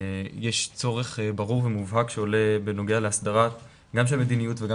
יש צורך ברור ומובהק שעולה בנוגע להסדרה גם של מדיניות וגם